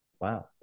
Wow